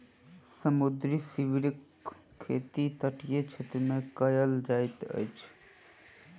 समुद्री सीवरक खेती तटीय क्षेत्र मे कयल जाइत अछि